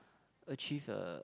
achieve uh